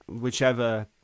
whichever